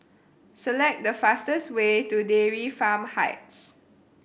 select the fastest way to Dairy Farm Heights